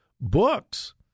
Books